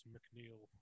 McNeil